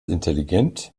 intelligent